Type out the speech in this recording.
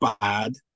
bad